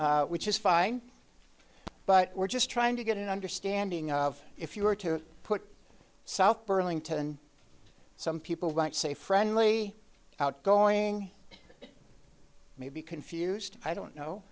which is fine but we're just trying to get an understanding of if you were to put south burlington some people might say friendly outgoing maybe confused i don't know